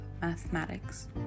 mathematics